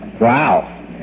wow